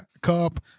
cup